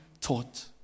taught